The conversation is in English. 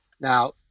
Now